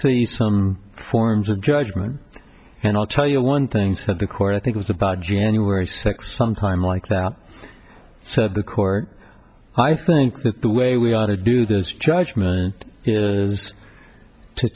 see some forms of judgment and i'll tell you one thing that the court i think was about january sixth sometime like that said the court i think that the way we ought to do this judgment is to